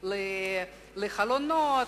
לחלונות,